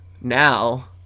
now